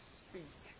speak